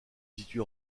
situe